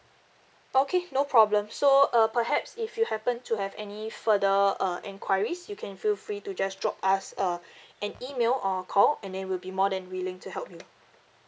okay no problem so uh perhaps if you happen to have any further uh enquiries you can feel free to just drop us uh an email or call and then we'll be more than willing to help you